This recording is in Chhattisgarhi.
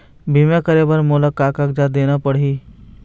बीमा करे बर मोला का कागजात देना पड़ही?